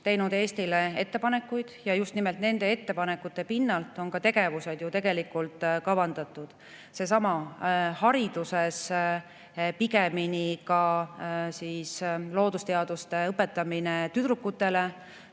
teinud Eestile ettepanekuid ja just nimelt nende ettepanekute pinnalt on tegevused ju tegelikult kavandatud. Seesama loodusteaduste õpetamine tüdrukutele,